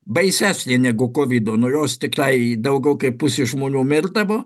baisesnė negu kovido nuo jos tiktai daugiau kaip pusė žmonių mirdavo